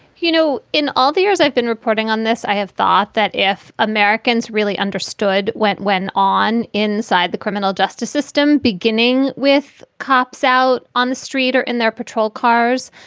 you know, in all the years i've been reporting on this, i have thought that if americans really understood went went on inside the criminal justice system, beginning with cops out on the street or in their patrol cars,